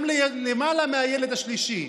גם למעלה מהילד השלישי,